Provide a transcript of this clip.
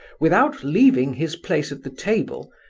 without leaving his place at the table,